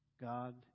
God